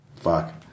Fuck